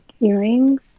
earrings